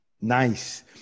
nice